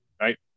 right